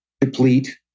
deplete